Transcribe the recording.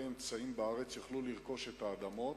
האמצעים בארץ יוכלו לרכוש את האדמות,